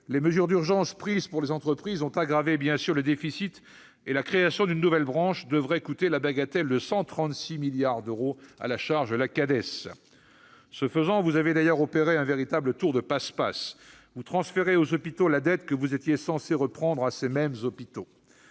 les mesures d'urgence prises pour les entreprises ont bien sûr aggravé le déficit. De plus, la création d'une nouvelle branche devrait coûter la bagatelle de 136 milliards d'euros à la Cades. Ce faisant, vous avez d'ailleurs opéré un véritable tour de passe-passe. Vous transférez aux hôpitaux la dette que vous étiez censé leur reprendre ...